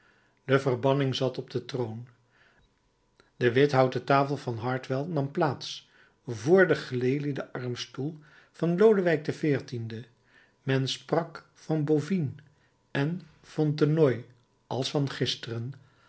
de verbanning zat op den troon de withouten tafel van hartwell nam plaats vr den gelelieden armstoel van lodewijk xiv men sprak van bouvines en fontenoy als van gisteren